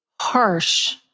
harsh